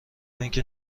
اینکه